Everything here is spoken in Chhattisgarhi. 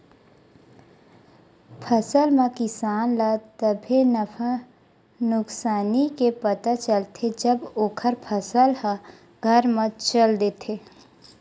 फसल म किसान ल तभे नफा नुकसानी के पता चलथे जब ओखर फसल ह घर म चल देथे